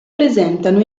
presentano